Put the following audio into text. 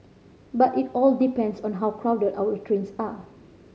but it all depends on how crowded our trains are